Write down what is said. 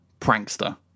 prankster